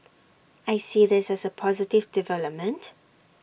I see this as A positive development